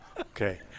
Okay